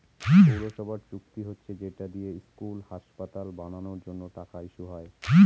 পৌরসভার চুক্তি হচ্ছে যেটা দিয়ে স্কুল, হাসপাতাল বানানোর জন্য টাকা ইস্যু হয়